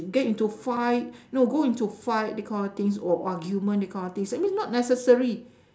get into fight know go into fight that kind of things or argument that kind of things I mean not necessary